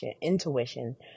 intuition